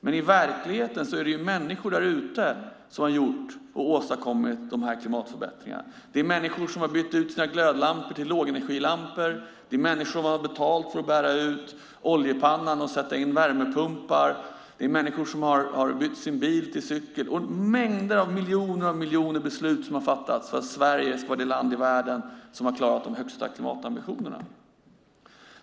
Men i verkligheten är det människor där ute som har gjort och åstadkommit dessa klimatförbättringar. Det är människor som har bytt ut sina glödlampor mot lågenergilampor, det är människor som har bytt ut oljepannan mot värmepump, det är människor som har bytt bilen mot cykel och så vidare. Det är miljoner av beslut som har fattats för att Sverige ska vara det land i världen som klarat de högsta klimatambitionerna.